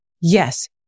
Yes